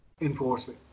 enforcing